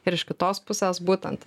ir iš kitos pusės būtent